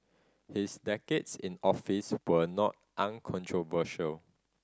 his decades in office were not uncontroversial